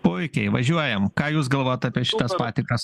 puikiai važiuojam ką jūs galvojat apie šitas patikras